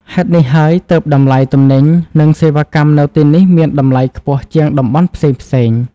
ហេតុនេះហើយ ទើបតម្លៃទំនិញ និងសេវាកម្មនៅទីនេះមានតម្លៃខ្ពស់ជាងតំបន់ផ្សេងៗ។